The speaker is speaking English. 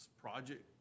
project